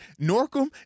Norcom